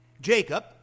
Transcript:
Jacob